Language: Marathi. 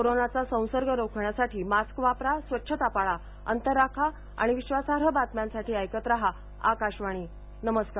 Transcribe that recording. कोरोनाचा संसर्ग रोखण्यासाठी मास्क वापरा स्वच्छता पाळा अंतर राखा आणि विश्वासार्ह बातम्यांसाठी ऐकत रहा आकाशवाणी नमस्कार